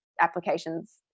applications